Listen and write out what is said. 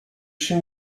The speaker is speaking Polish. się